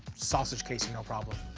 sausage casing, no problem.